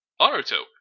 Aruto